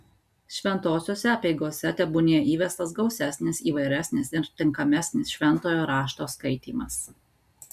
šventosiose apeigose tebūnie įvestas gausesnis įvairesnis ir tinkamesnis šventojo rašto skaitymas